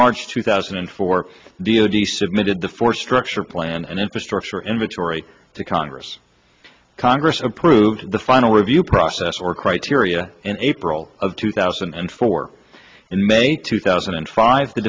march two thousand and four d o d submitted the force structure plan and infrastructure inventory to congress congress approved the final review process or criteria in april of two thousand and four in may two thousand and five the